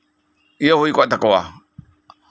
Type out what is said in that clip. ᱤᱭᱟᱹ ᱦᱩᱭ ᱠᱚᱜ ᱛᱟᱠᱚᱣᱟ